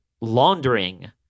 laundering